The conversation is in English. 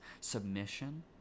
Submission